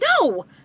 No